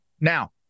Now